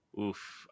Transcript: oof